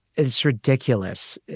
it's ridiculous.